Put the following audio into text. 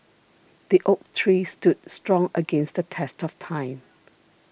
the oak tree stood strong against the test of time